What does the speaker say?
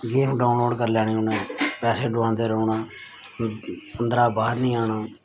game download करी लैनी उ'नें पैसे डोआंदे रौह्ना अंदरा बाह्र निं आना